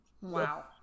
Wow